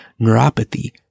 neuropathy